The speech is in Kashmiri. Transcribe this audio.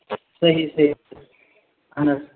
صحیح صحیح اہن حظ